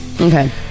Okay